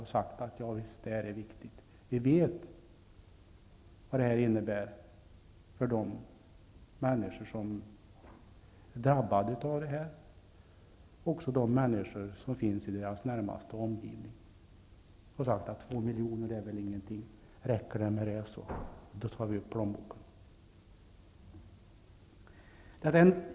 Man borde ha sagt att detta är viktigt och att man vet vad det innebär att vara drabbad av autism och vad det innebär för de människor som befinner sig i den drabbades närmaste omgivning. Man borde ha sagt att 2 miljoner är väl ingenting; räcker det med det så tar vi upp plånboken.